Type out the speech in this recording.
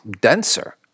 denser